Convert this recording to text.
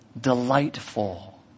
Delightful